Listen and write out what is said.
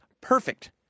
perfect